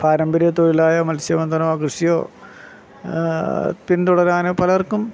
പാരമ്പര്യ തൊഴിലായ മൽസ്യ ബന്ധനമോ കൃഷിയോ പിന്തുടരാന് പലർക്കും